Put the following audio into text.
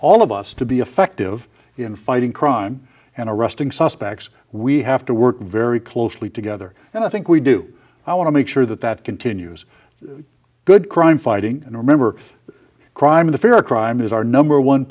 all of us to be effective in fighting crime and arresting suspects we have to work very closely together and i think we do want to make sure that that continues good crime fighting and remember crime the fear of crime is our number one